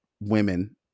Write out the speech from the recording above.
women